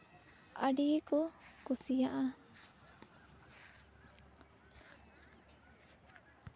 ᱟᱹᱰᱤ ᱜᱮᱠᱚ ᱠᱩᱥᱤᱭᱟᱜᱼᱟ